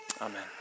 Amen